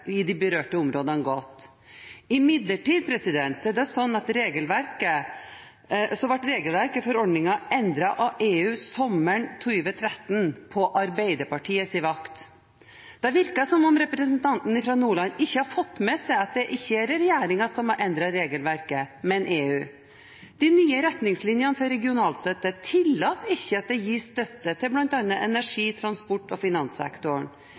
i de berørte områdene godt. Regelverket/forordningen ble imidlertid endret av EU sommeren 2013, på Arbeiderpartiets vakt. Det virker som om representanten fra Nordland ikke har fått med seg at det ikke er regjeringen som har endret regelverket, men EU. De nye retningslinjene for regionalstøtte tillater ikke at det gis støtte til bl.a. energi-, transport- og finanssektoren.